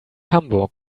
hamburg